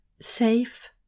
safe